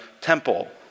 temple